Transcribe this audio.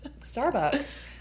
Starbucks